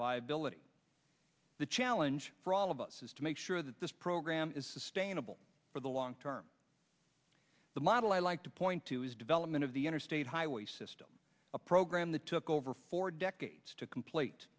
viability the challenge for all of us is to make sure that this program is sustainable for the long term the model i like to point to is development of the interstate highway system a program that took over four decades to complete